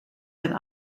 ein